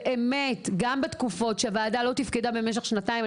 גם בתקופות שהוועדה לא תפקדה במשך שנתיים אני